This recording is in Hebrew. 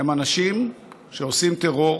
הם אנשים שעושים טרור,